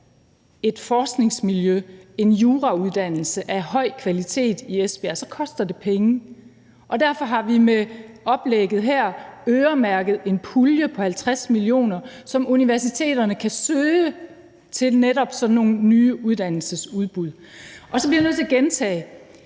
et forskningsmiljø, en jurauddannelse af høj kvalitet, i Esbjerg, koster det penge. Og derfor har vi med oplægget her øremærket en pulje på 50 mio. kr., som universiteterne kan søge til netop sådan nogle nye uddannelsesudbud. Så bliver jeg nødt til at gentage,